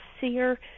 SEER